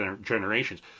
generations